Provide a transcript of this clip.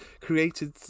created